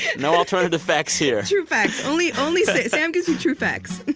no alternative facts here true facts. only only sam gives you true facts.